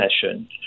session